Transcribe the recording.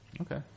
Okay